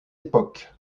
époque